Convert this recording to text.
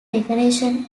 decoration